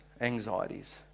anxieties